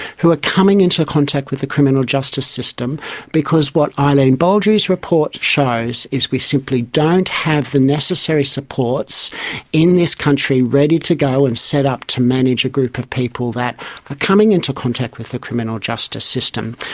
who are coming into contact with the criminal justice system because what eileen baldry's report shows is we simply don't have the necessary supports in this country ready to go and set up to manage a group of people that are coming into contact with the criminal justice system.